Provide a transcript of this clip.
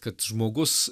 kad žmogus